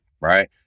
Right